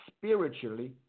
spiritually